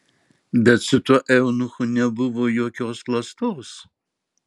bet su tuo eunuchu nebuvo jokios klastos